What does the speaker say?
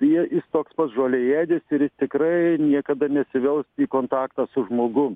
ji jis toks pat žoliaėdis ir jis tikrai niekada nesivels į kontaktą su žmogum